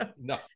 No